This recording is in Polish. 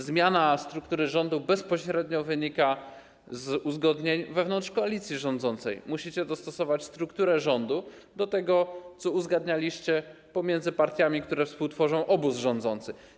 Zmiana struktury rządu bezpośrednio wynika z uzgodnień wewnątrz koalicji rządzącej, musicie dostosować strukturę rządu do tego, co uzgadnialiście pomiędzy partiami, które współtworzą obóz rządzący.